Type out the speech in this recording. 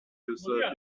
user